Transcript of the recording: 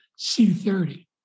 C30